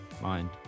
mind